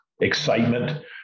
excitement